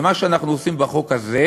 ומה שאנחנו עושים בחוק הזה,